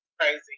crazy